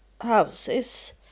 houses